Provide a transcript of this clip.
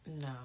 No